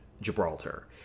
Gibraltar